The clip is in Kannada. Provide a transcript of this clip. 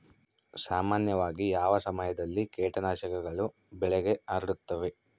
ಸಾಮಾನ್ಯವಾಗಿ ಯಾವ ಸಮಯದಲ್ಲಿ ಕೇಟನಾಶಕಗಳು ಬೆಳೆಗೆ ಹರಡುತ್ತವೆ?